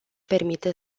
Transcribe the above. permite